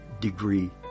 degree